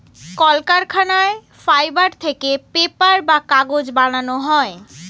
কলকারখানায় ফাইবার থেকে পেপার বা কাগজ বানানো হয়